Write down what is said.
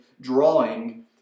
drawing